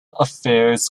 affairs